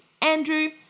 Andrew